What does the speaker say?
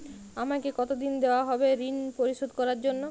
আমাকে কতদিন দেওয়া হবে ৠণ পরিশোধ করার জন্য?